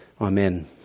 Amen